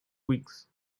weeks